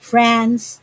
France